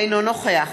אינו נוכח